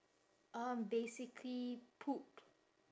um basically poop